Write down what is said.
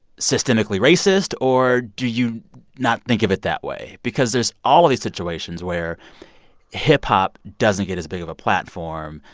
systemically racist, or do you not think of it that way? because there's all of these situations where hip-hop doesn't get as big of a platform.